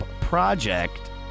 project